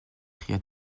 cria